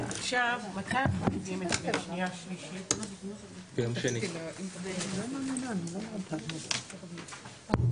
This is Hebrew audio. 12:28.